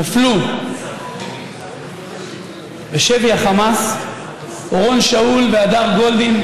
נפלו בשבי החמאס אורון שאול והדר גולדין,